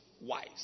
wise